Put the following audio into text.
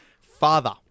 father